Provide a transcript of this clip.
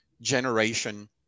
generation